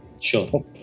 sure